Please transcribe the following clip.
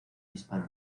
disparo